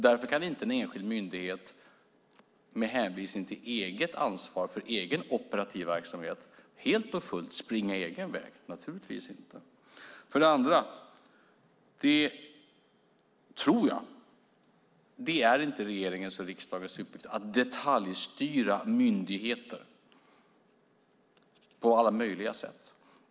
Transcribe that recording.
Därför kan inte en enskild myndighet helt och fullt springa en egen väg med hänvisning till eget ansvar för egen operativ verksamhet. För det andra är det inte regeringens och riksdagens uppgift att detaljstyra myndigheter på alla möjliga sätt.